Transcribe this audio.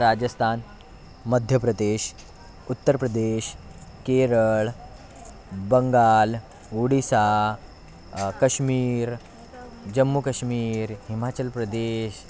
Rajasthan Madhya Pradesh Uttar Pradesh Kerala Bengal Odisha Kashmir Jammu Kashmir Himachal Pradesh